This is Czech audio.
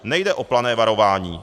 Nejde o plané varování.